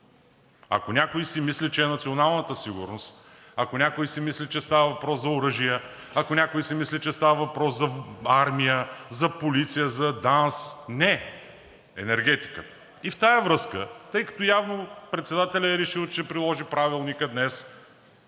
Ако някой си мисли, че е националната сигурност, ако някой си мисли, че става въпрос за оръжия, ако някой си мисли, че става въпрос за армия, за полиция, за ДАНС, не – енергетиката! И в тази връзка, тъй като явно председателят е решил, че ще приложи Правилника днес